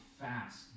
fast